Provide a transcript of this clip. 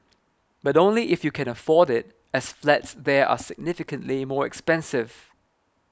but only if you can afford it as flats there are significantly more expensive